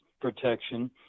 protection